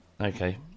Okay